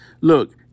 Look